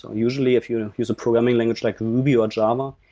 usually if you use a programming language like ruby or java,